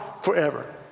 forever